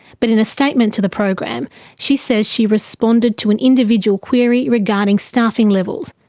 but in a statement to the program she says she responded to an individual query regarding staffing levels,